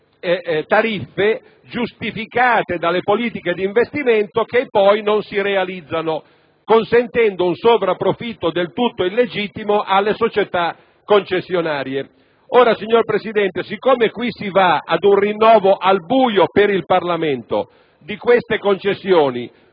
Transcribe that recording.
tariffe giustificate dalle politiche di investimento che poi non si realizzano, consentendo un sovrapprofitto del tutto illegittimo alle società concessionarie. Signor Presidente, siccome si va ad un rinnovo al buio per il Parlamento di queste concessioni,